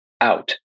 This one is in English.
out